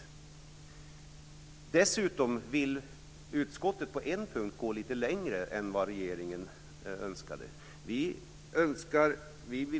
Dessutom vill utskottet på en punkt gå lite längre än vad regeringen önskar.